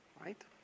Right